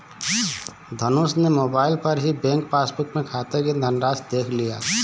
धनुष ने मोबाइल पर ही बैंक पासबुक में खाते की धनराशि देख लिया